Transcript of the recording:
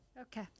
Okay